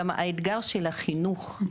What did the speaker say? גם האתגר של החינוך.